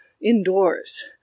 indoors